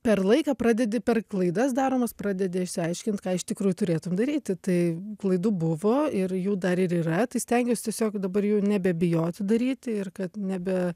per laiką pradedi per klaidas daromas pradedi išsiaiškint ką iš tikrųjų turėtum daryti tai klaidų buvo ir jų dar ir yra tai stengiuos tiesiog dabar jau nebebijoti daryti ir kad nebe